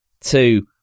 two